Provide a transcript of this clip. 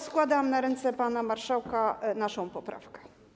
Składam na ręce pana marszałka naszą poprawkę.